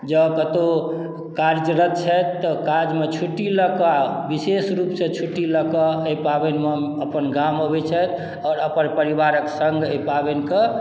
जौ कतौ कार्यरत छथि तऽ काज मे छुट्टी लए कऽ विशेष रूप सँ छुट्टी लए कऽ एहि पाबनि मे अपन गाम अबै छथि आओर अपन परिवारक संग एहि पाबनि के